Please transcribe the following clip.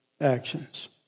actions